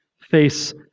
face